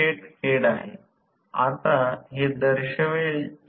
जर प्रतिरोध rotor circuit जोडला तर हे r2 आहे